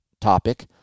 topic